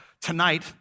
tonight